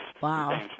Wow